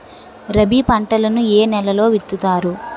రబీ పంటలను ఏ నెలలో విత్తుతారు?